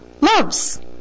loves